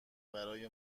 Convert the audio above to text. برای